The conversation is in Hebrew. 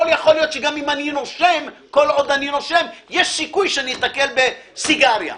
כל עוד אני נושם יש סיכוי שאתקל בסיגריה.